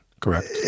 Correct